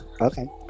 Okay